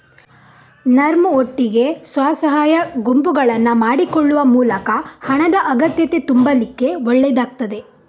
ನರ್ಮ್ ಒಟ್ಟಿಗೆ ಸ್ವ ಸಹಾಯ ಗುಂಪುಗಳನ್ನ ಮಾಡಿಕೊಳ್ಳುವ ಮೂಲಕ ಹಣದ ಅಗತ್ಯತೆ ತುಂಬಲಿಕ್ಕೆ ಒಳ್ಳೇದಾಗ್ತದೆ